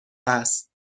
است